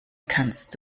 kannst